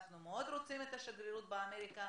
אנחנו מאוד רוצים את השגרירות בירושלים,